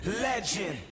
Legend